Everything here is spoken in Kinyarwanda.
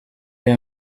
aya